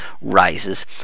rises